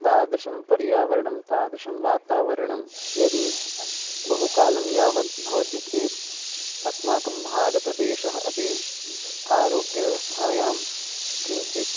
तादृशं परियावरणं तादृशं वातावरणं यदि बहुकालं यावत् भवति चेत् अस्माकं भारतदेशः अपि आरोग्यव्यवस्थायां किञ्चित्